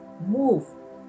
move